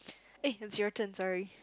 eh it's your turn sorry